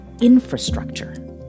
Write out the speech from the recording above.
infrastructure